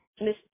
miss